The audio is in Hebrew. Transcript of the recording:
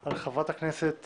על חברת הכנסת